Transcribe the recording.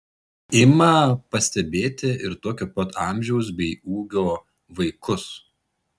ima pastebėti ir tokio pat amžiaus bei ūgio vaikus